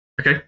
Okay